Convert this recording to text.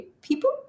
people